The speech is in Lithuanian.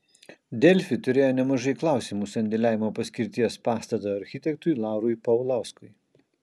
delfi turėjo nemažai klausimų sandėliavimo paskirties pastato architektui laurui paulauskui